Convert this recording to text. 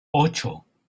ocho